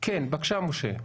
בקשה, משה.